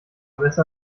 besser